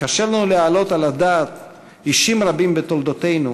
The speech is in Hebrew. קשה לנו להעלות על הדעת אישים רבים בתולדותינו,